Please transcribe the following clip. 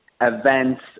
events